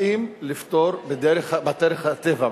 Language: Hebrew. באים לפתור בדרך הטבע,